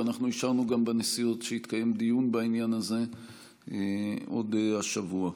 ואנחנו אישרנו גם בנשיאות שיתקיים דיון בעניין הזה עוד השבוע.